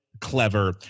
clever